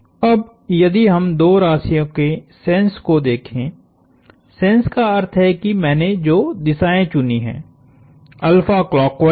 अब यदि हम दो राशियों के सेंस को देखें सेंस का अर्थ है कि मैंने जो दिशाएँ चुनी हैं क्लॉकवाइस है